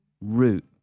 root